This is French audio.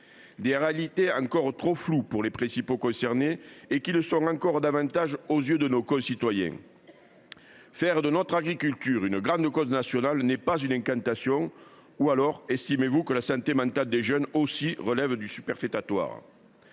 ci sont encore trop floues pour les principaux concernés, et elles le sont encore plus aux yeux de nos concitoyens. Faire de notre agriculture une grande cause nationale n’est pas une incantation. Ou bien estimez vous que la santé mentale des jeunes aussi relève du superfétatoire